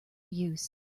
use